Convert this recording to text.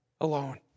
alone